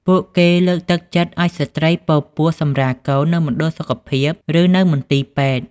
ពួកគេលើកទឹកចិត្តឱ្យស្ត្រីពរពោះសម្រាលកូននៅមណ្ឌលសុខភាព ឬនៅមន្ទីរពេទ្យ។